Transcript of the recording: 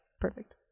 perfect